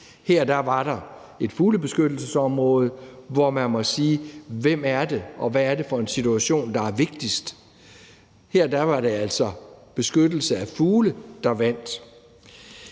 Her var der et fuglebeskyttelsesområde, hvor man må spørge: Hvem er det, og hvad er det for en situation, der er vigtigst? Her var det altså beskyttelse af fugle, der vandt.